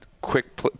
quick